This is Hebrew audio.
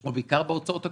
או בעיקר בהוצאות הקבועות.